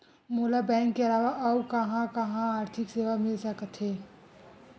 मोला बैंक के अलावा आऊ कहां कहा आर्थिक सेवा मिल सकथे?